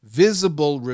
visible